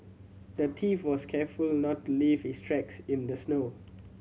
the thief was careful not to leave his tracks in the snow